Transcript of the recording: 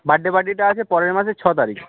birthday পার্টিটা আছে পরের মাসের ছয় তারিখ